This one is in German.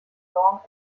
der